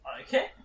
Okay